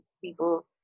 people